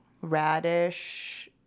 radish